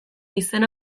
izen